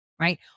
right